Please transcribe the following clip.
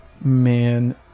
man